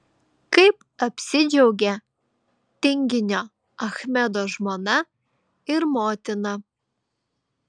kaip apsidžiaugė tinginio achmedo žmona ir motina